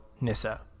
Nissa